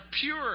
pure